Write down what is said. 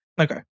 Okay